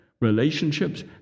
relationships